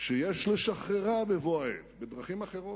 שיש לשחררה בבוא העת, בדרכים אחרות,